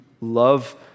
love